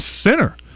center